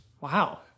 Wow